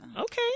okay